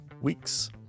weeks